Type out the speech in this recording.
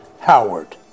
Howard